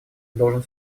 должен